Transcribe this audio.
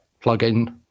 plug-in